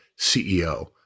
CEO